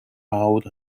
out